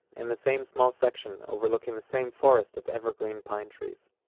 in the same small section overlooking the same forest of evergreen pine trees.